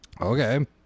Okay